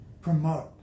promote